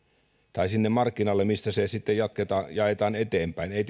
tai sinne markkinalle mistä se sitten jaetaan eteenpäin ei